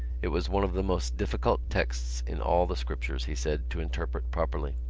it was one of the most difficult texts in all the scriptures, he said, to interpret properly.